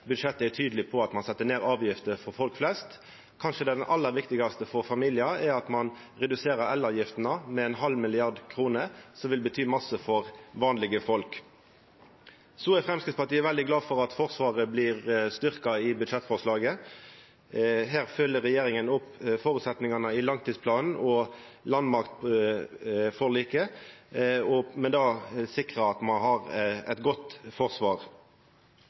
budsjettet er tydeleg på at ein set ned avgifter for folk flest. Kanskje det aller viktigaste for familiar er at ein reduserer elavgiftene med ein halv milliard kroner, noko som vil bety mykje for vanlege folk. Så er Framstegspartiet veldig glad for at Forsvaret blir styrkt i budsjettforslaget. Her følgjer regjeringa opp føresetnadene i langtidsplanen og landmaktforliket, for med det å sikra at me har eit godt forsvar.